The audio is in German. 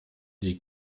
die